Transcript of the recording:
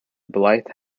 blythe